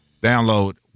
download